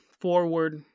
forward